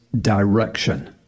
direction